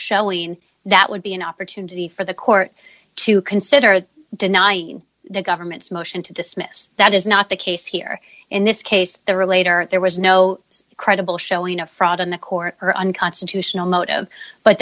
showing that would be an opportunity for the court to consider denying the government's motion to dismiss that is not the case here in this case the relator there was no credible showing a fraud on the court or unconstitutional motive but